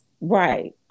Right